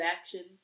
action